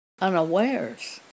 unawares